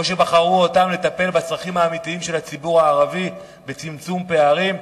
או שבחרו אותם לטפל בצרכים האמיתיים של הציבור הערבי בצמצום פערים?